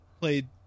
played